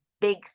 big